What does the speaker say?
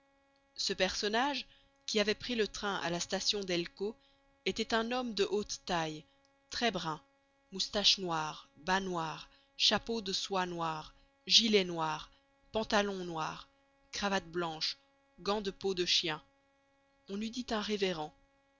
ce personnage qui avait pris le train à la station d'elko était un homme de haute taille très brun moustaches noires bas noirs chapeau de soie noir gilet noir pantalon noir cravate blanche gants de peau de chien on eût dit un révérend